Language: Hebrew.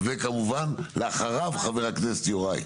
וכמובן לאחריו חבר הכנסת יוראי.